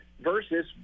versus